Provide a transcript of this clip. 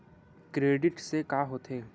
Credit से का होथे?